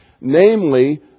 namely